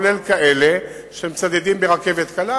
כולל כאלה שמצדדים ברכבת קלה,